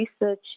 research